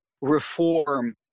reform